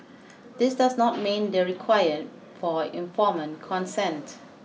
this does not meet the required for informed consent